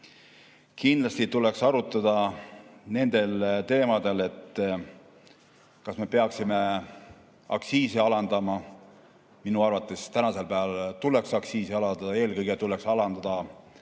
Kindlasti tuleks arutada nendel teemadel, kas me peaksime aktsiise alandama. Minu arvates tuleks aktsiise alandada, eelkõige tuleks alandada